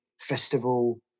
festival